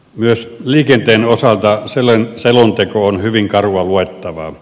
myös liikenteen osalta selonteko on hyvin karua luettavaa